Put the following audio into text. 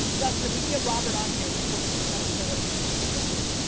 dustin, if we can get robert on here before this episode ends i'm into it.